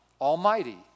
Almighty